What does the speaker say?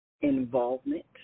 involvement